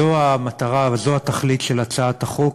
זו המטרה, זו התכלית של הצעת החוק.